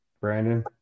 Brandon